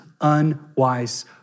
unwise